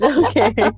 okay